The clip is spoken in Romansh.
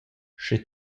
sche